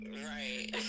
Right